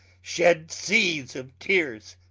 shed seas of teares,